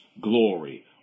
glory